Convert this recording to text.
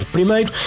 Primeiro